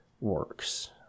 works